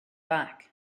back